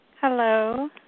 Hello